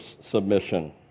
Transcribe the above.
submission